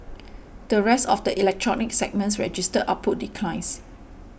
the rest of the electronics segments registered output declines